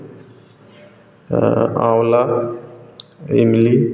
आँवला इमली